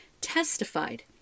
testified—